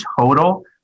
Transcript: total